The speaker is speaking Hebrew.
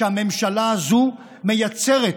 שהממשלה הזאת מייצרת,